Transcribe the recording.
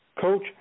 Coach